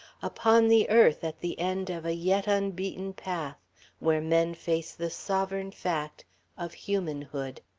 upon the earth at the end of a yet unbeaten path where men face the sovereign fact of humanhood.